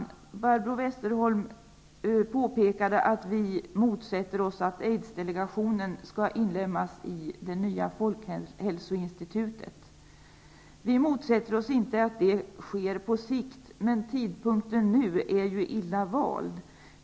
Barbro Westerholm påpekade att vi motsätter oss att aidsdelegationen skall inlemmas i det nya folkhälsoinstitutet. Vi motsätter oss inte att det sker på sikt. Men tidpunkten nu är illa vald.